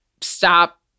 stop